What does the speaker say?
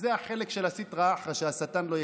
זה החלק של הסטרא אחרא, שהשטן לא יקטרג.